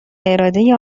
اراده